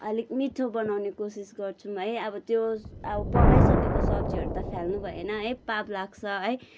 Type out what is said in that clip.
आलिक मिठो बनाउने कोसिस गर्छौँ है अब त्यो अब पकाइसकेको सब्जीहरू त फाल्नु भएन है पाप लाग्छ है